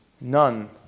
none